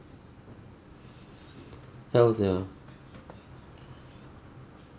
health ya